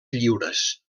lliures